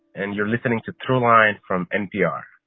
and you're listening to throughline from npr